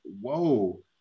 whoa